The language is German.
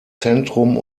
zentrum